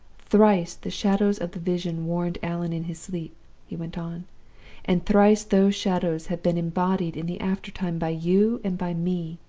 thrice the shadows of the vision warned allan in his sleep he went on and thrice those shadows have been embodied in the after-time by you and by me!